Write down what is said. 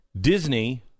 Disney